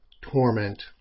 torment